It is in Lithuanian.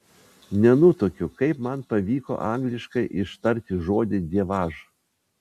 nenutuokiu kaip man pavyko angliškai ištarti žodį dievaž